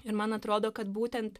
ir man atrodo kad būtent